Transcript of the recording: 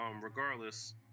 regardless